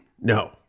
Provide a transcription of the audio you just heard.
No